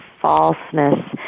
falseness